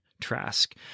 Trask